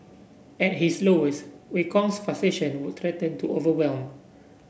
at his lowest Wei Kong's frustration would threaten to overwhelm